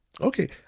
Okay